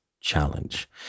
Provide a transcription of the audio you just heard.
challenge